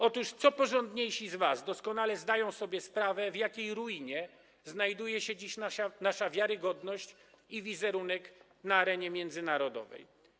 Otóż co porządniejsi z was doskonale zdają sobie sprawę, w jakiej ruinie znajduje się dziś nasza wiarygodność i wizerunek na arenie międzynarodowej.